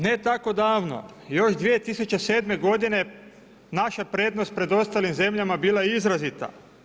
Ne tako davno još 2007. godine naša prednost pred ostalim zemljama bila je izrazita.